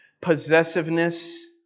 possessiveness